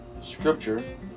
scripture